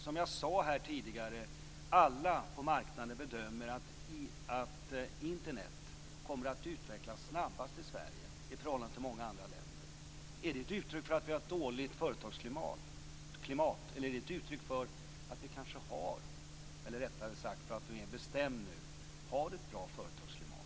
Som jag sade tidigare bedömer alla på marknaden att Internet kommer att utvecklas snabbast i Sverige, i förhållande till många andra länder. Är det ett uttryck för att vi har ett dåligt företagsklimat? Eller är det ett uttryck för att vi har ett bra företagsklimat?